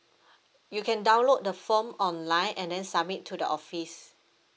you can download the form online and then submit to the office